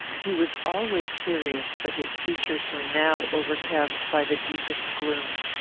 he was always serious, but his features were now overcast by the deepest gloom.